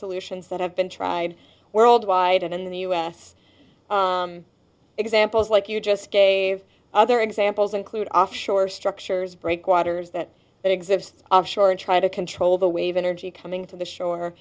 solutions that have been tried worldwide and in the us examples like you just gave other examples include offshore structures breakwaters that exist offshore and try to control the wave energy coming from the shore